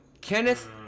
Kenneth